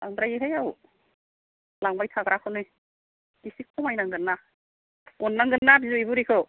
बांद्रायोहाय आबौ लांबाय थाग्राखौनो एसे खमायनांगोनना अननांगोनना बिबै बुरैखौ